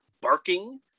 barking